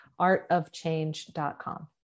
artofchange.com